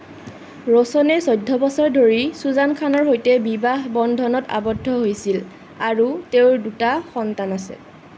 ৰোশনে চৈধ্য বছৰ ধৰি সুজান খানৰ সৈতে বিবাহ বন্ধনত আবদ্ধ হৈছিল আৰু তেওঁৰ দুটা সন্তান আছে